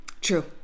True